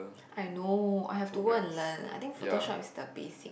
I know I have to go and learn I think photoshop is the basic